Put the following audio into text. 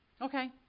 Okay